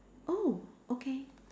oh okay